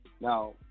Now